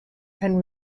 and